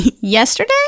Yesterday